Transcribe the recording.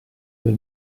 del